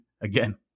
again